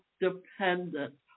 dependent